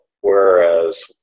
whereas